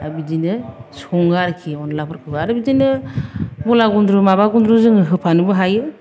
बिदिनो सङो आरोखि अनलाफोरखौ आरो बिदिनो मुला गुनद्रु माबा गुनद्रु जों होफानोबो हायो